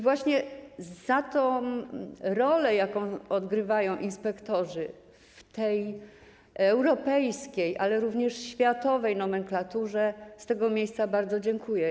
Właśnie za rolę, jaką odgrywają inspektorzy w tej europejskiej, ale również światowej nomenklaturze, z tego miejsca bardzo dziękuję.